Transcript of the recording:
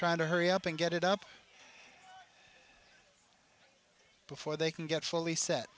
trying to hurry up and get it up before they can get fully s